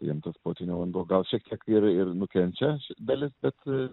jiem tas potvynio vanduo gal šiek tiek ir ir nukenčia ši dalis bet